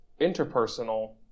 interpersonal